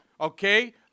okay